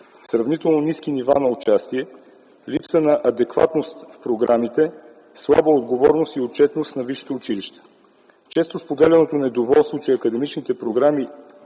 сравнително ниски нива на участие, липса на адекватност в програмите, слаба отговорност и отчетност на висшето училище. Често споделяното недоволство, че академичните програми,